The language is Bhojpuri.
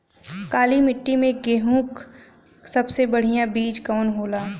काली मिट्टी में गेहूँक सबसे बढ़िया बीज कवन होला?